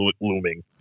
looming